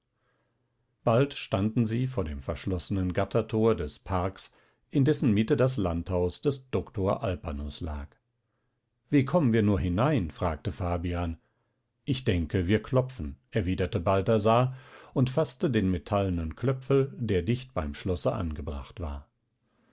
bald standen sie vor dem verschlossenen gattertor des parks in dessen mitte das landhaus des doktor alpanus lag wie kommen wir nur hinein sprach fabian ich denke wir klopfen erwiderte balthasar und faßte den metallenen klöpfel der dicht beim schlosse angebracht war